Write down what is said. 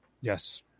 Yes